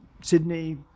Sydney